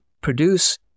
produce